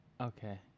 Okay